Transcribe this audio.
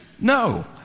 no